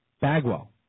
Bagwell